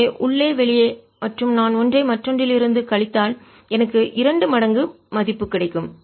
எனவே உள்ளே வெளியே மற்றும் நான் ஒன்றை மற்றொன்றிலிருந்து கழித்தால் எனக்கு இரண்டு மடங்கு மதிப்பு கிடைக்கும்